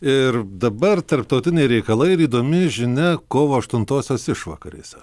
ir dabar tarptautiniai reikalai ir įdomi žinia kovo aštuntosios išvakarėse